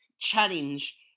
Challenge